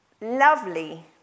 lovely